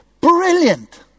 Brilliant